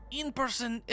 in-person